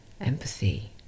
empathy